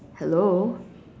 hello